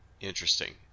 Interesting